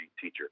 teacher